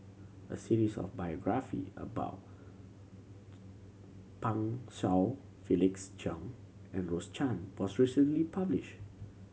a series of biography about Pan Shou Felix Cheong and Rose Chan was recently published